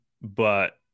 But-